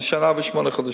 אני שנה ושמונה חודשים.